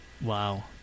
Wow